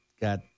got